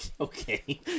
Okay